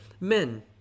men